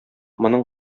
моның